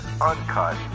uncut